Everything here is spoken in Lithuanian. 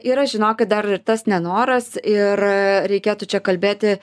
yra žinokit dar tas nenoras ir reikėtų čia kalbėti